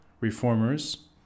reformers